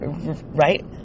right